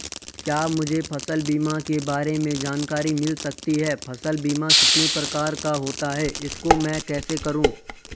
क्या मुझे फसल बीमा के बारे में जानकारी मिल सकती है फसल बीमा कितने प्रकार का होता है इसको मैं कैसे करूँ?